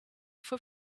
for